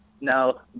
No